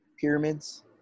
pyramids